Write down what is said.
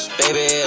baby